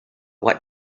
what